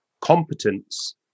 competence